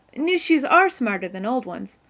new shoes are smarter than old ones,